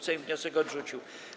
Sejm wniosek odrzucił.